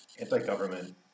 anti-government